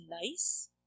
nice